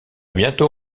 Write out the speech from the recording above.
bientôt